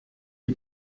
die